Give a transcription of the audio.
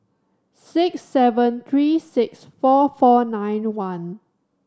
six seven three six four four nine one